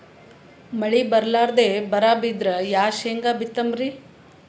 ಮಳಿ ಬರ್ಲಾದೆ ಬರಾ ಬಿದ್ರ ಯಾ ಶೇಂಗಾ ಬಿತ್ತಮ್ರೀ?